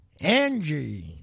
Angie